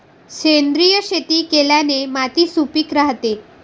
सेंद्रिय शेती केल्याने माती सुपीक राहते